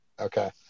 Okay